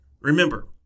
Remember